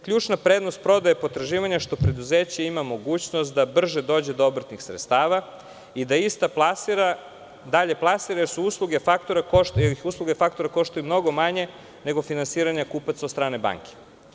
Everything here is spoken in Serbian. Ključna prednost prodaje potraživanje je što preduzeće ima mogućnost da brže dođe do obrtnih sredstava i da ista dalje plasira, jer usluge faktora koštaju mnogo manje nego finansiranje kupaca od strane banke.